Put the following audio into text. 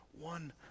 one